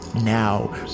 now